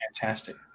fantastic